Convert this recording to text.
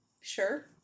Sure